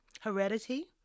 heredity